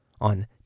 on